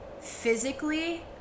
physically